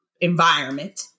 environment